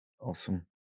Awesome